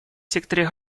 секторе